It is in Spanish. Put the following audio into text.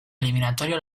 eliminatoria